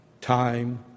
time